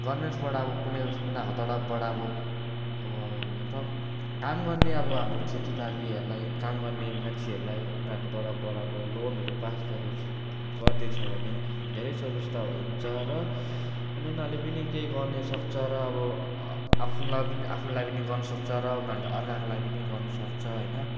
गभर्मेन्ट्सबाट अब कुनै उस उनीहरूको तर्फबाट अब अब हुन त काम गर्ने अब हाम्रो खेतीबारीहरूलाई काम गर्ने मान्छेहरूलाई उनीहरूको तर्फबाट अब लोनहरू पास गरेपछि गर्दैछ भने धेरै सुविस्ता हुन्छ र अनि उनीहरूले पनि केही गर्नैसक्छ र अब आफ्नो लागि नि आफ्नोलाई पनि गर्नुसक्छ र उनीहरूले अर्काको लागि पनि गर्नुसक्छ होइन